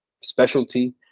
specialty